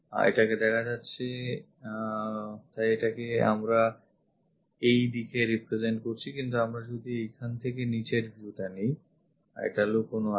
এটাকে দেখা যাচ্ছে তাই এটাকে আমরা সেই দিকে represent করছি কিন্তু আমরা যদি এইখান থেকে নিচের viewটা নিই এটা লুকোনো আছে